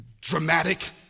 dramatic